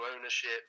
ownership